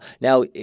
Now